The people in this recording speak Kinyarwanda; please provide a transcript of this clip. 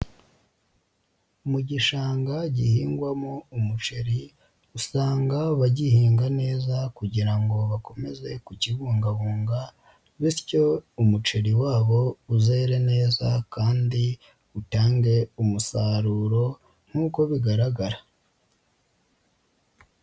Mu gishanga gihingwamo umuceri, usanga bagihinga neza kugira ngo bakomeze kukibungabunga bityo umuceri wabo uzere neza kandi utange umusaruro nk'uko bigaragara.